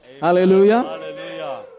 Hallelujah